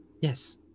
yes